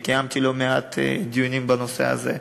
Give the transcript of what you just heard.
וקיימתי לא מעט דיונים בנושא הזה,